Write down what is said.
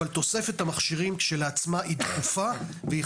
אבל תוספת המכשירים כשלעצמה היא דחופה,